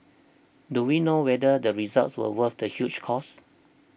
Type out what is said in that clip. do we know whether the results were worth the huge cost